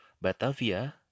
Batavia